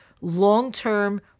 long-term